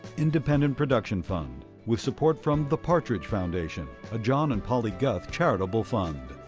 independent production fund, with support from the partridge foundation, a john and polly guth charitable fund.